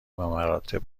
بمراتب